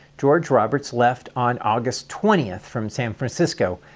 george roberts left on august twentieth from san francisco,